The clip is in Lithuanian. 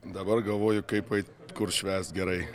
dabar galvoju kaip eit kur švęst gerai